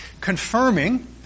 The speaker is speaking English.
confirming